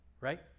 Right